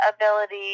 ability